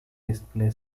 display